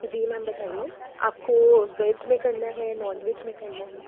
जी ma'am बताइए आपको veg में करना है नॉन वेज में करना है